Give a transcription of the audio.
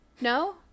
No